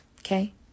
Okay